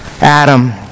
Adam